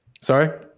Sorry